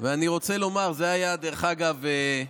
זו הייתה, דרך אגב,